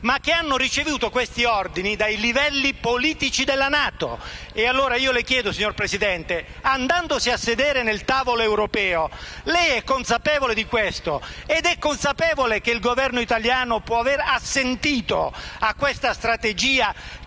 - e ha ricevuto questi ordini dai livelli politici della NATO. Allora io le chiedo, signor Presidente del Consiglio: andandosi a sedere al tavolo europeo, lei è consapevole di questo? Ed è consapevole che il Governo italiano può aver assentito a questa strategia,